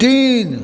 तीन